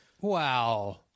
Wow